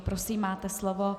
Prosím, máte slovo.